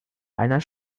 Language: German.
einer